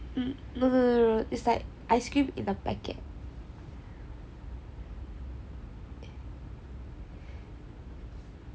no no no no no it's like ice cream in a packet